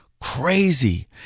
crazy